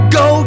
go